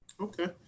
Okay